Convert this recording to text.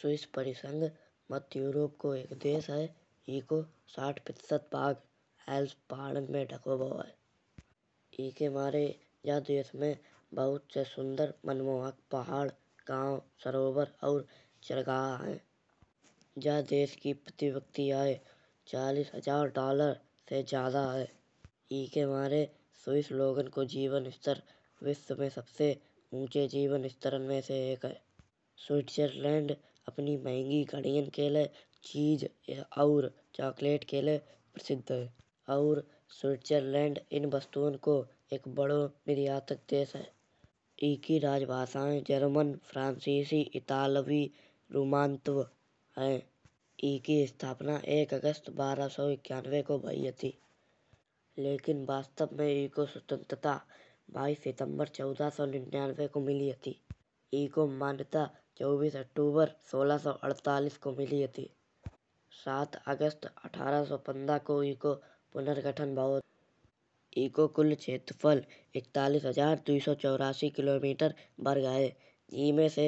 स्विश परिसंग मध्य यूरोप को एक देश है। एको साथ प्रतिशत भाग हेल्से पहाड़ में ढको भाव है। एके मारे जे देश में बहुत से सुंदर मनमोहक पहाड़ गाओ सरोवर और जगह है। या देश की प्रतियुक्ति आय चालिस हजार डॉलर से ज्यादा है। एके मारे स्विश लोगन को जीवन स्तर विश्व में सबते उच्चे जीवन स्तर में से एक है। स्विटज़रलैंड अपनी महंगी घड़ियां के लये चीज़ और चॉकलेट के लये प्रसिद्ध है। और स्विटज़रलैंड इन वस्तुअन को एक बड़ो निर्यातक देश है। एके राजभाषाये जर्मन फ्रांसीसी इटालवी रोमांश है। एके स्थापना एक अगस्त बारह सौ इक्यानवे का भई हती। लेकिन वास्तव में एको स्वतंत्रता बाईस दिसंबर चौदह सौ निन्यानवे को मिली हती। एको मान्यता चौबीस अक्टूबर सोलह सौ अठालिस को मिली हती। सात अगस्त अठारह सौ पंद्रह को पुनर्गठन भओ हतो। एको कुल क्षेत्रफल इकतालिस हजार दुई सौ चौरासी किलो मीटर वर्ग है। एमें से